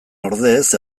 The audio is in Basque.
ordez